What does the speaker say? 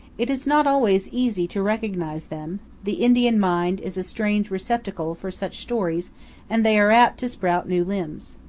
it is not always easy to recognize them the indian mind is a strange receptacle for such stories and they are apt to sprout new limbs.